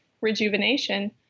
rejuvenation